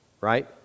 Right